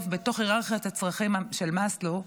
בתוך היררכיות הצרכים של מאסלו,